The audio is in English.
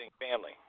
family